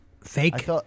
Fake